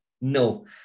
No